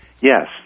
Yes